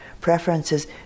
preferences